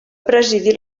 presidir